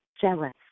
jealous